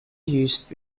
used